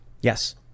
Yes